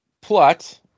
plot